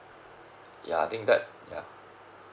ya I think that ya